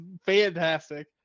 fantastic